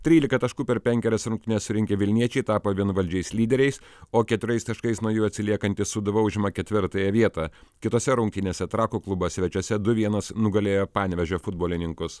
trylika taškų per penkerias rungtynes surinkę vilniečiai tapo vienvaldžiais lyderiais o keturiais taškais nuo jų atsiliekanti sūduva užima ketvirtąją vietą kitose rungtynėse trakų klubas svečiuose du vienas nugalėjo panevėžio futbolininkus